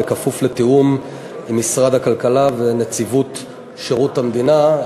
בכפוף לתיאום עם משרד הכלכלה ונציבות שירות המדינה,